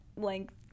length